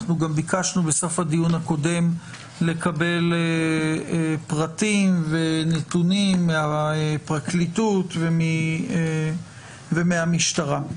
אנחנו ביקשנו בסוף הדיון הקודם לקבל פרטים ונתונים מהפרקליטות ומהמשטרה.